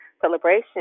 celebration